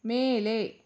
ಮೇಲೆ